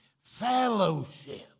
Fellowship